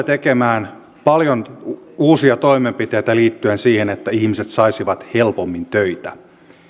tekemään paljon uusia toimenpiteitä liittyen siihen että ihmiset saisivat helpommin töitä